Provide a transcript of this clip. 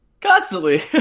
constantly